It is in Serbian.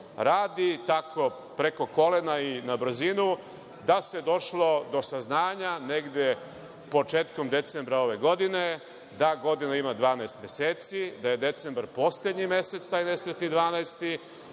radi tako preko kolena i na brzinu da se došlo do saznanja negde početkom decembra ove godine da godina ima 12 meseci, da je decembar poslednji mesec, taj nesrećni